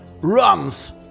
runs